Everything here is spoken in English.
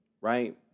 Right